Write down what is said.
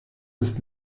ist